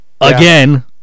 again